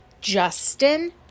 justin